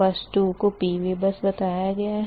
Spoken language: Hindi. बस 2 को PV बस बताया गया है